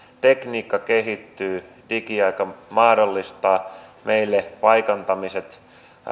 tekniikka kehittyy digiaika mahdollistaa meille paikantamiset